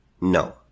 No